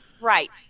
Right